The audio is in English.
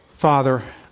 Father